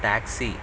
taxi